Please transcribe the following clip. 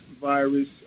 virus